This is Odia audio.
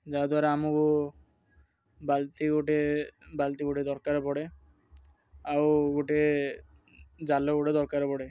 ଯାହାଦ୍ୱାରା ଆମକୁ ବାଲ୍ଟି ଗୋଟିଏ ବାଲ୍ଟି ଗୋଟେ ଦରକାର ପଡ଼େ ଆଉ ଗୋଟିଏ ଜାଲ ଗୋଟେ ଦରକାର ପଡ଼େ